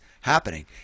happening